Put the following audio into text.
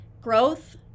Growth